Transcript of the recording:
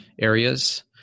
areas